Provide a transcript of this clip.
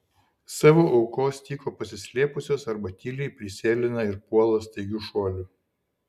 savo aukos tyko pasislėpusios arba tyliai prisėlina ir puola staigiu šuoliu